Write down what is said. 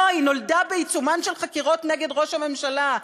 לא, היא נולדה בעיצומן של חקירות נגד ראש הממשלה.